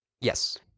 Yes